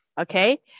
Okay